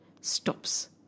stops